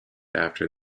after